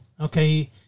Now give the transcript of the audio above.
okay